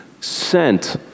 sent